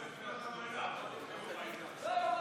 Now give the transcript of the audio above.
למה?